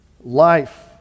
life